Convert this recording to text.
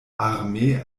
armee